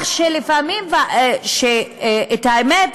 האמת,